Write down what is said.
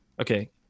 Okay